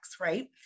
right